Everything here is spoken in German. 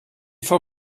vor